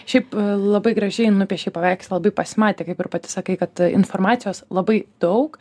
šiaip labai gražiai nupiešei paveikslą labai pasimatė kaip ir pati sakei kad informacijos labai daug